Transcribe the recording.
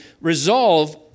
Resolve